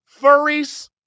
furries